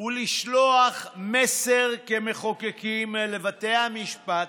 ולשלוח מסר כמחוקקים לבתי המשפט: